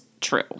true